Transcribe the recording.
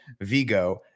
Vigo